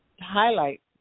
highlight